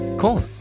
Cool